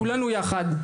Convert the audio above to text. כולנו יחד,